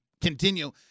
continue